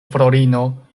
fraŭlino